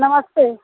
नमस्ते